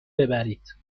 ببرید